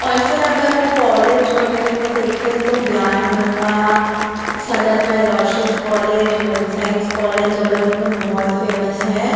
और फिर अगर कॉलेज वगैरह में देखें तो ज्ञान गंगा सदर में Aloysius college home science college Jabalpur में बहुत फ़ेमस हैं